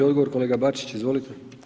Odgovor kolega Bačić, izvolite.